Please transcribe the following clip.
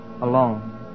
Alone